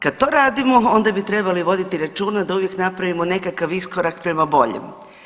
Kad to radimo, onda bi trebali voditi računa da uvijek napravimo nekakav iskorak prema boljem.